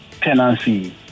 tenancy